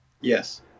Yes